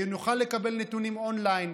שנוכל לקבל נתונים און-ליין,